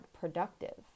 productive